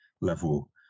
level